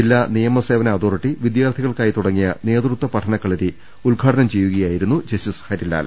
ജില്ലാ നിയമ സേവന അതോറിറ്റി വിദ്യാർത്ഥികൾക്കായി തുടങ്ങിയ നേതൃത്വ പഠന കളരി ഉദ്ഘാടനം ചെയ്ത് സംസാരിക്കുകയായിരുന്നു ജസ്റ്റിസ് ഹരിലാൽ